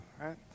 right